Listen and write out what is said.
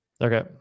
Okay